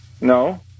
No